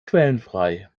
quellenfrei